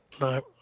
No